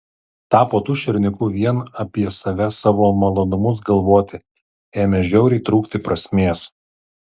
tapo tuščia ir nyku vien apie save savo malonumus galvoti ėmė žiauriai trūkti prasmės